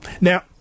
Now